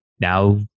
now